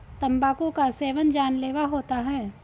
तंबाकू का सेवन जानलेवा होता है